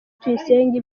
tuyisenge